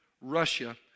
Russia